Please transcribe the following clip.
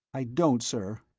i don't, sir.